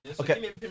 Okay